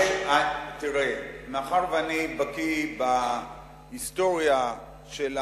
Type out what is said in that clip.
מאחר שאני בקי בהיסטוריה,